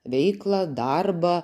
veiklą darbą